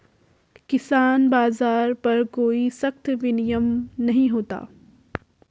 किसान बाज़ार पर कोई सख्त विनियम नहीं होता